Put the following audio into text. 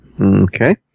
Okay